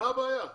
מה הבעיה?